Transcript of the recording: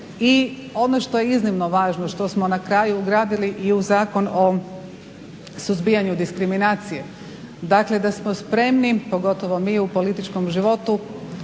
I ono što je iznimno važno što smo na kraju ugradili i u Zakon o suzbijanju diskriminacije, dakle da smo spremni pogotovo mi u političkom životu